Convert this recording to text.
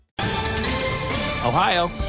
Ohio